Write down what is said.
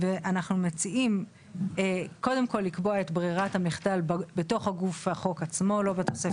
היא אמרה באותו נושא, פשוט לא לעשות ריבוי